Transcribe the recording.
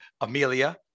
Amelia